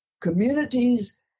communities